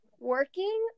working